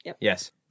Yes